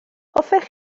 hoffech